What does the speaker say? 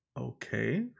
okay